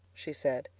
she said,